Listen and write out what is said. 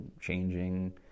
changing